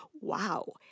wow